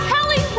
Kelly